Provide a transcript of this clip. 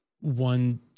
one